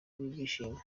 n’ibyishimo